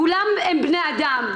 כולם בני אדם.